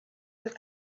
with